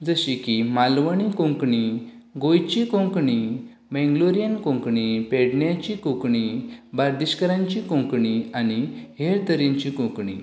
जशी की मालवणी कोंकणी गोंयची कोंकणी मेंग्लोरियन कोंकणी पेडणेची कोंकणी बार्देशकारांची कोंकणी आनी हेर तरेची कोंकणी